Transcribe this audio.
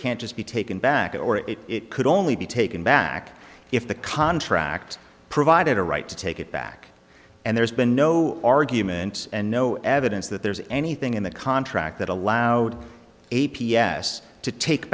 can't just be taken back in or it it could only be taken back if the contract provided a right to take it back and there's been no arguments and no evidence that there's anything in the contract that allowed a p s to take